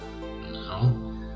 No